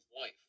wife